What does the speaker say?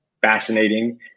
fascinating